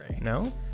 No